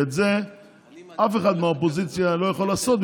ואת זה אף אחד מהאופוזיציה לא יכול לעשות,